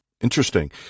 interesting